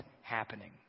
happening